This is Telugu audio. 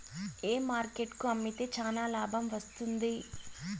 ఏ మార్కెట్ కు అమ్మితే చానా లాభం వస్తుంది?